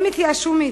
הם התייאשו מאתנו,